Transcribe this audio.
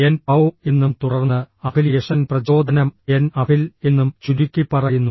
N പൌ എന്നും തുടർന്ന് അഫിലിയേഷൻ പ്രചോദനം എൻ അഫിൽ എന്നും ചുരുക്കിപ്പറയുന്നു